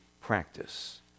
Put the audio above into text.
practice